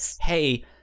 hey